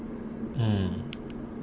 mm